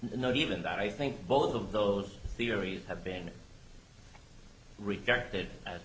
not even that i think both of those theories have been rejected